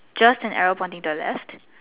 just an arrow pointing to the left